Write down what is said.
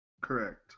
Correct